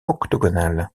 octogonale